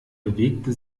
bewegte